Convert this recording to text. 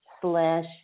slash